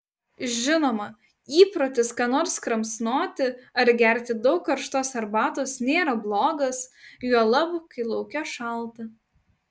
žinoma įprotis ką nors kramsnoti ar gerti daug karštos arbatos nėra blogas juolab kai lauke šalta